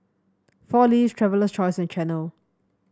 Four Leaves Traveler's Choice and Chanel